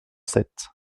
sept